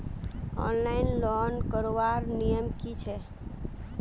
Online loan करवार नियम की छे?